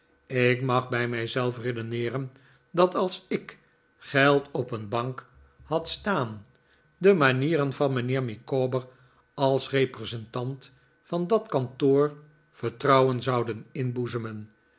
ik mag bij mij zelf redeneeren dat als i k geld op een bank had staan de manieren van mijnheer micawber als representant van dat kantoor vertrouwen zouden inboezemen